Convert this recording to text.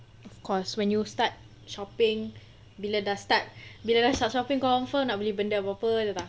of course when you start shopping bila dah start bila start shopping confirm nak beli benda apa-apa